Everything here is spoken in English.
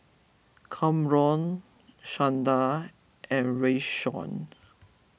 Kamron Shanda and Rayshawn